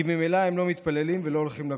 כי ממילא הם לא מתפללים ולא הולכים לכותל.